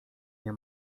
nie